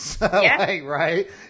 right